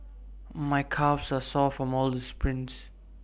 my calves are sore from all the sprints